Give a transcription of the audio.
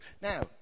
now